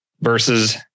versus